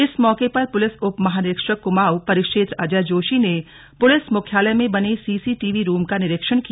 इस मौके पर पुलिस उपमहानिरीक्षक कुमाऊं परिक्षेत्र अजय जोशी ने पुलिस मुख्यालय में बने सीसीटीवी रूम का निरीक्षण किया